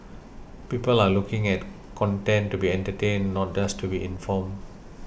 people are looking at content to be entertained not just to be informed